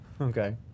Okay